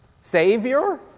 ...savior